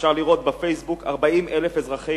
אפשר לראות ב"פייסבוק" 40,000 אזרחי